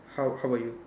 how how about you